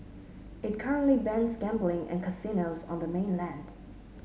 it currently bans gambling and casinos on the mainland